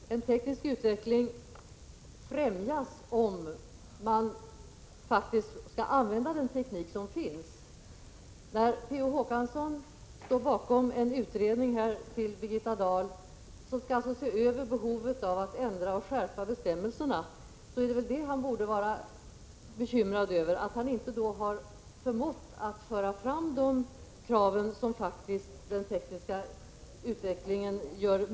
Herr talman! Den tekniska utvecklingen främjas om man faktiskt använder den teknik som finns. P. O. Håkansson har gjort en utredning åt Birgitta Dahl om behovet av att skärpa bestämmelserna. Vad han borde vara bekymrad över är väl att han inte har förmått att föra fram de krav som är möjliga att ställa på den tekniska utvecklingen.